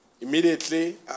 Immediately